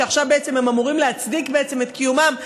שעכשיו הם אמורים להצדיק את קיומם,